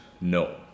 No